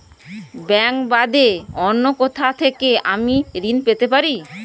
Bank বাদে অন্য কোথা থেকে আমি ঋন পেতে পারি?